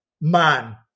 man